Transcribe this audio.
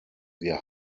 wir